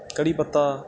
ਕੜ੍ਹੀ ਪੱਤਾ